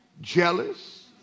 jealous